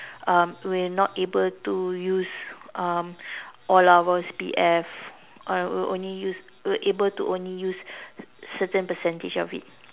um will not able to use um all of our C_P_F uh will only use will able to only use certain percentage of it